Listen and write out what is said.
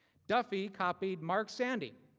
duffy copied mark sandy,